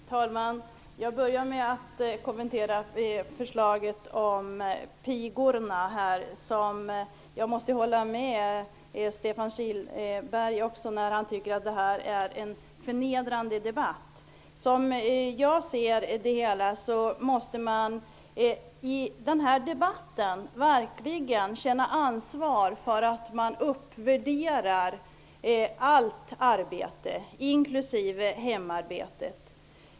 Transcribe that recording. Fru talman! Jag börjar med att kommentera förslaget om pigorna. Jag måste hålla med Stefan Kihlberg som sade att det är en förnedrande debatt. Som jag ser det måste man i den här debatten verkligen känna ansvar för att uppvärdera allt arbete, inklusive hemarbetet.